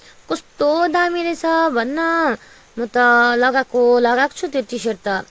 कस्तो दामी रहेछ भन्न म त लगाएको लगाएकै त्यो टी सर्ट त